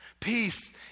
Peace